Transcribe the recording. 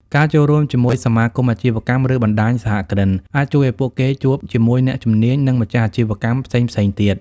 ការចូលរួមជាមួយសមាគមអាជីវកម្ម ឬបណ្តាញសហគ្រិន អាចជួយឱ្យពួកគេជួបជាមួយអ្នកជំនាញ និងម្ចាស់អាជីវកម្មផ្សេងៗទៀត។